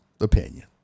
opinion